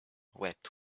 wept